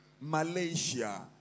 Malaysia